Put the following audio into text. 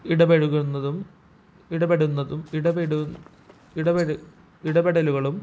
ഇടപഴകുന്നതും ഇടപെടുന്നതും ഇടപെടലുകളും